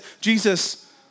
Jesus